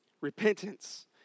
Repentance